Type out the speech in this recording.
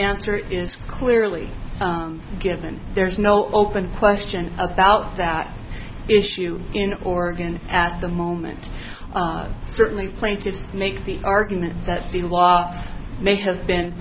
answer is clearly given there's no open question about that issue in oregon at the moment certainly plaintiffs make the argument that the law may have been